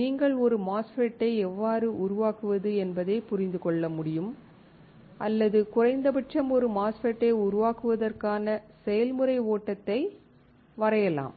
நீங்கள் ஒரு MOSFET ஐ எவ்வாறு உருவாக்குவது என்பதை புரிந்து கொள்ள முடியும் அல்லது குறைந்தபட்சம் ஒரு MOSFET ஐ உருவாக்குவதற்கான செயல்முறை ஓட்டத்தை வரையலாம்